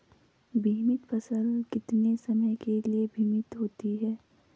बीमित फसल कितने समय के लिए बीमित होती है?